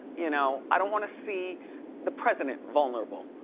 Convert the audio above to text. you know. i don't wanna see the president vulnerable.